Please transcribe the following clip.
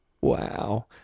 Wow